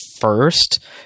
first